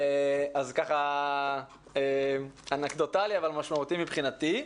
אז אנקדוטלי אבל משמעותי מבחינתי.